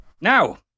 Now